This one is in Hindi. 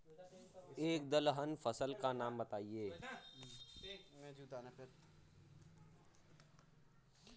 एक दलहन फसल का नाम बताइये